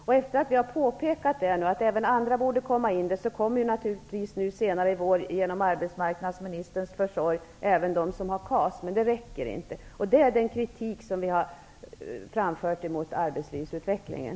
Efter det att vi har påpekat att även andra borde kunna få del av den, kommer nu senare i vår även de som har KAS att få del av den genom arbetsmarknadsministerns försorg, men det räcker inte. Det är den kritik som vi har framfört mot arbetslivsutvecklingen.